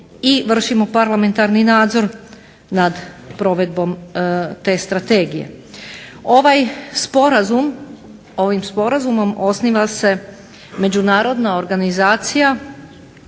i vršimo parlamentarni nadzor nad provedbom te strategije. Ovim sporazumom osniva se Međunarodna organizacija